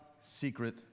secret